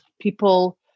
people